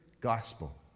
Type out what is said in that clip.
gospel